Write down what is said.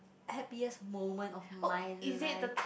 happiest moment of my life